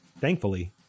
Thankfully